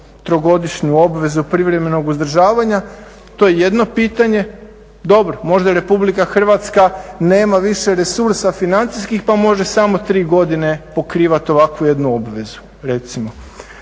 trogodišnju obvezu privremenog uzdržavanja. To je jedno pitanje. Dobro, možda i Republika Hrvatska nema više resursa financijskih pa može samo tri godine pokrivat ovakvu jednu obvezu recimo.